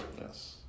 Yes